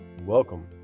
welcome